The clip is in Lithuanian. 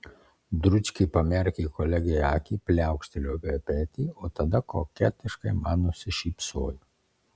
dručkė pamerkė kolegei akį pliaukštelėjo per petį o tada koketiškai man nusišypsojo